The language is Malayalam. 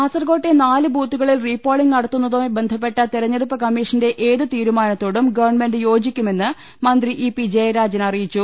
കാസർകോട്ടെ നാലു ബൂത്തുകളിൽ റീപോളിംഗ് നടത്തുന്ന തുമായി ബന്ധപ്പെട്ട തെരഞ്ഞെടുപ്പ് കമ്മീഷന്റെ ഏതു തീരുമാന ത്തോടും ഗവൺമെന്റ് യോജിക്കുമെന്ന് മന്ത്രി ഇ പി ജയരാജൻ അറിയിച്ചു